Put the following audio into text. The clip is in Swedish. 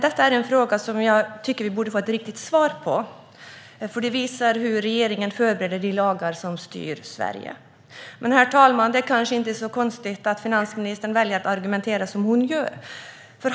Detta är en fråga som jag tycker att vi borde få ett riktigt svar på, för det här visar hur regeringen förbereder de lagar som styr Sverige. Men, herr talman, det kanske inte är så konstigt att finansministern väljer att argumentera som hon gör.